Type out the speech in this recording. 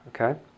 okay